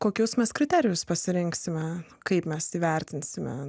kokius mes kriterijus pasirinksime kaip mes įvertinsime